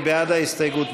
ההסתייגות (145)